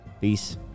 Peace